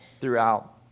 throughout